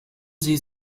sie